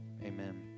Amen